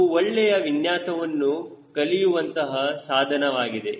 ಒಂದು ಒಳ್ಳೆಯ ವಿನ್ಯಾಸವನ್ನು ಕಲಿಯುವಂತಹ ಸಾಧನವಾಗಿದೆ